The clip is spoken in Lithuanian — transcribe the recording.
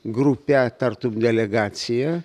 grupe tartum delegacija